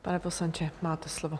Pane poslanče, máte slovo.